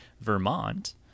Vermont